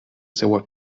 seua